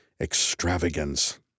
extravagance